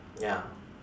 ya